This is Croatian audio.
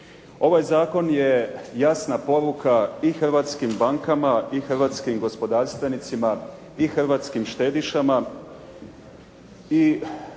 Ovaj zakon je jasna poruka i hrvatskim bankama i hrvatskim gospodarstvenicima i hrvatskim štedišama